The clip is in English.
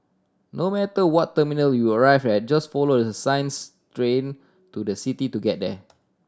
no matter what terminal you arrive at just follow the signs Train to the city to get there